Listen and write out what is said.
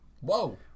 whoa